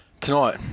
Tonight